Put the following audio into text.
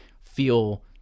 feel